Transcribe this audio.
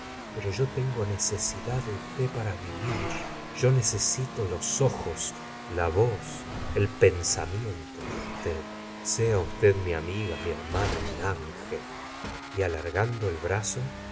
pero yo tengo necesidad de usted para vivir yo necesito los ojos la voz el pensamiento de usted sea usted mi amiga mi hermana mi angel y alargando el brazo